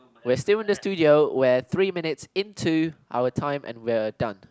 we're still in the studio where three minutes into our time and we're done